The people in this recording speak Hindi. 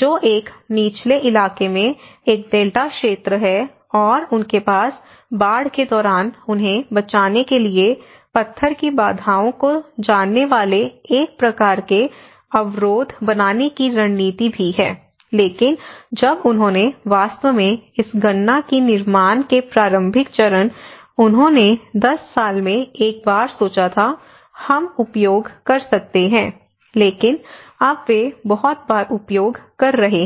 जो एक निचले इलाके में एक डेल्टा क्षेत्र है और उनके पास बाढ़ के दौरान उन्हें बचाने के लिए पत्थर की बाधाओं को जानने वाले एक प्रकार के अवरोध बनाने की रणनीति भी है लेकिन जब उन्होंने वास्तव में इस गणना की निर्माण के प्रारंभिक चरण उन्होंने 10 साल में एक बार सोचा था हम उपयोग कर सकते हैं लेकिन अब वे बहुत बार उपयोग कर रहे हैं